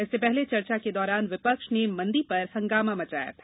इससे पहले चर्चा के दौरान विपक्ष ने मंदी पर हंगामा मचाया था